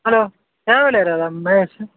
hello Mahesh